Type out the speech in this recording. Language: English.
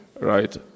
right